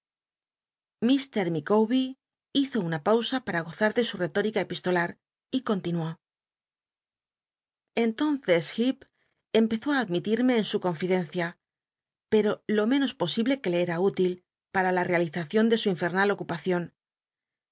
iir micawbet hizo una pausa para gozar de su retól'ica epistolar y continuó entonces hecp empezó á admitirme en su confidencia peto lo menos posible que le era útil p ua la realizacion de su infernal ocuparion